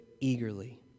eagerly